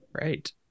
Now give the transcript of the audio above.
Right